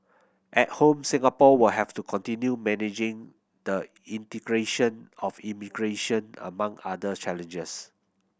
at home Singapore will have to continue managing the integration of immigration among other challenges